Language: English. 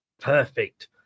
Perfect